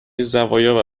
زوایا